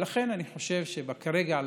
כרגע,